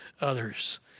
others